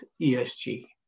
ESG